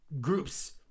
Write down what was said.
group's